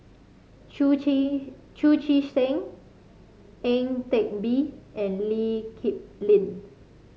Chu Chee Chu Chee Seng Ang Teck Bee and Lee Kip Lin